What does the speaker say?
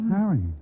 Harry